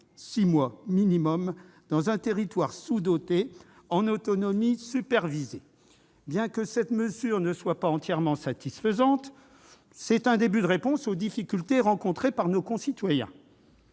six mois minimum dans un territoire sous-doté, en autonomie supervisée. Bien que cette mesure ne soit pas entièrement satisfaisante, elle est un début de réponse aux difficultés rencontrées par nos concitoyens.